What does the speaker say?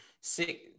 Six